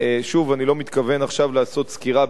אני לא מתכוון עכשיו לעשות סקירה בין-לאומית